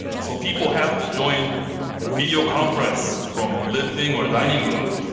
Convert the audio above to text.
so people have to join a video conference from living or dining room,